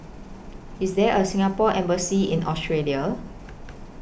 IS There A Singapore Embassy in Australia